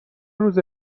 روزه